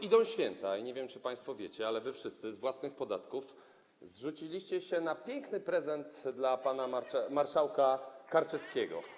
Idą święta i nie wiem, czy państwo wiecie, ale wy wszyscy z własnych podatków zrzuciliście się na piękny prezent dla pana marszałka Karczewskiego.